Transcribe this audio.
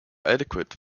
adequate